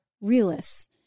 realists